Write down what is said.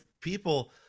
people